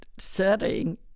setting